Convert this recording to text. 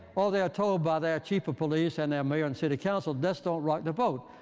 or they are told by their chief of police and their mayor and city council just don't rock the boat.